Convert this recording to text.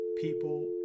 people